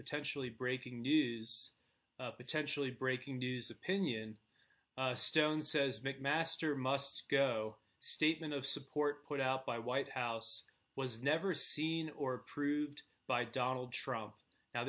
potentially breaking news attention breaking news opinion stone says mcmaster must go statement of support put out by white house was never seen or approved by donald trump now